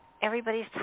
Everybody's